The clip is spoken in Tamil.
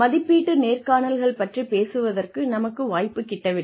மதிப்பீட்டு நேர்காணல்கள் பற்றிப் பேசுவதற்கு நமக்கு வாய்ப்பு கிட்டவில்லை